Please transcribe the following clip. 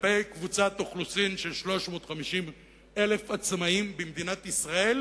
כלפי קבוצת אוכלוסין של 350,000 עצמאים במדינת ישראל,